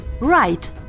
Right